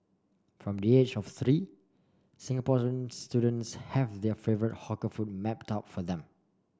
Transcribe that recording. from the age of three Singaporeans students have their favourite hawker food mapped out for them